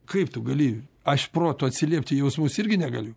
kaip tu gali aš protu atsiliepti į jausmus irgi negaliu